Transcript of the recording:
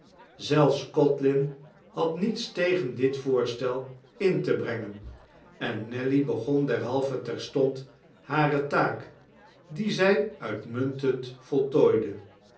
zelfs codlin had niets tegen dit voorstel in te brengen en nelly begon derhalve terstond hare taak die zij uitmuntend voltooide